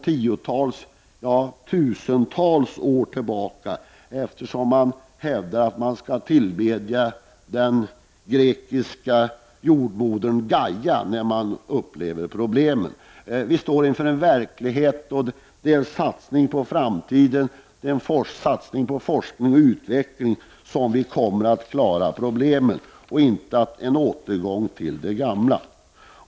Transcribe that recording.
Vi kan inte gå tusentals år tillbaka i tiden — det hävdas ju att man skall tillbedja den grekiska jordmodern Gaia när man upplever problem. Vi står alltså inför en verklighet som kräver en satsning på framtiden samt på forskning och utveckling. Det är på det sättet som vi kommer att klara problemen. Det skall således inte vara en återgång till vad som var tidigare.